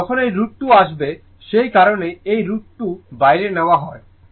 আসলে যেখানেই √ 2 আসবে সেই কারণেই এই √ 2 বাইরে নিয়ে যাওয়া হয়